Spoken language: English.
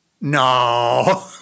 No